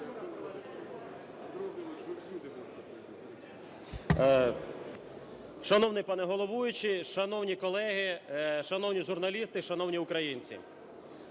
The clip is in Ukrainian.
Шановний пане головуючий, шановні колеги, шановні журналісти, шановні українці!